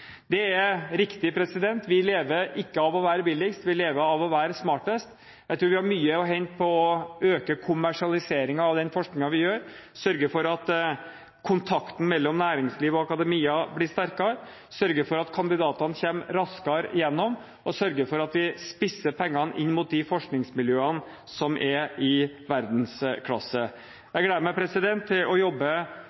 Det er riktig. Vi lever ikke av å være billigst, vi lever av å være smartest. Jeg tror vi har mye å hente på å øke kommersialiseringen av den forskningen vi gjør, sørge for at kontakten mellom næringsliv og akademia blir sterkere, sørge for at kandidatene kommer raskere gjennom, og sørge for at vi spisser pengene inn mot de forskningsmiljøene som er i verdensklasse.